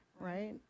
right